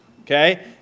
Okay